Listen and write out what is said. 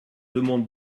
demande